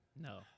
No